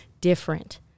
different